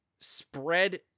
spread